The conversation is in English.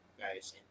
guys